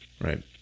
Right